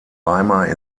weimar